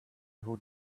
who